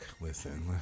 Listen